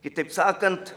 kitaip sakant